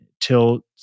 till